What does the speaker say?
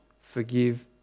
forgive